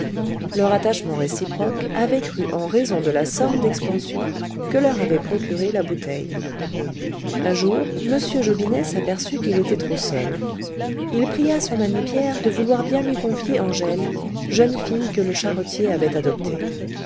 leur attachement réciproque avait crû en raison de la somme d'expansion que leur avait procuré la bouteille un jour m jobinet s'aperçut qu'il était trop seul il pria son ami pierre de vouloir bien lui confier angèle jeune fille que le charretier avait adoptée